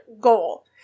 goal